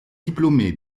diplômé